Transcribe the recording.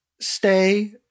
stay